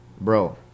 bro